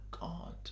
God